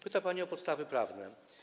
Pyta pani o podstawy prawne.